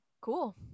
Cool